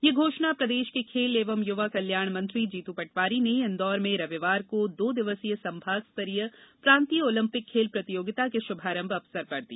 ये घोषणा प्रदेष के खेल एवं युवा कल्याण मंत्री जीतू पटवारी ने इंदौर में रविवार को दो दिवसीय संभाग स्तरीय प्रान्तीय ओलंपिक खेल प्रतियोगिता के शुभारंभ अवसर पर की